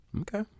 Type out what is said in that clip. Okay